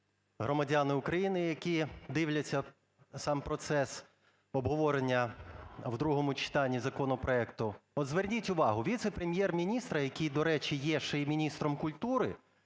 громадяни України, які дивляться сам процес обговорення в другому читанні законопроекту. От зверніть увагу, віце-прем’єр-міністра, який, до речі, є ще й міністром культури,